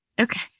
Okay